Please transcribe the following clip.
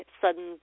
sudden